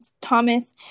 Thomas